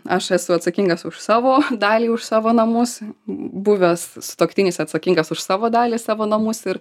aš esu atsakingas už savo dalį už savo namus buvęs sutuoktinis atsakingas už savo dalį savo namus ir